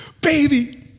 Baby